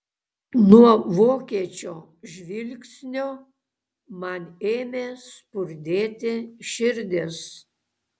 nuo vokiečio žvilgsnio man ėmė spurdėti širdis